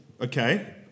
okay